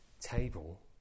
table